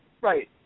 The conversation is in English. Right